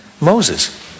Moses